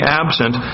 absent